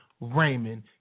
Raymond